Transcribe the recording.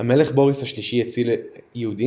המלך בוריס השלישי הציל יהודים?